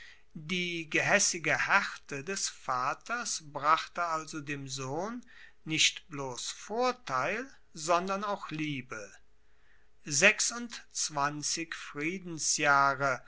die gehaessige haerte des vaters brachte also dem sohn nicht bloss vorteil sondern auch liebe sechsundzwanzig friedensjahre